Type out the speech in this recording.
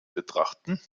betrachten